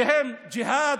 שהם ג'יהאד,